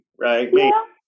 Right